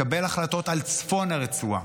לקבל החלטות על צפון הרצועה,